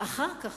ואחר כך,